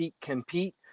compete